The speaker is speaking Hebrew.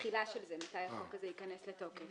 התחילה של זה, מתי החוק הזה ייכנס לתוקף.